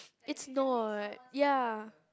it's not ya